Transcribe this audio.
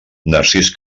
narcís